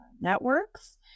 networks